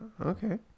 Okay